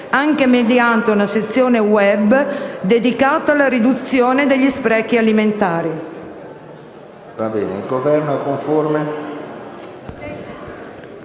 anche mediante una sezione *web* dedicata alla riduzione degli sprechi alimentari».